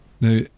Now